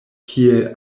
kiel